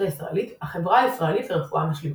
הישראלית "החברה הישראלית לרפואה משלימה".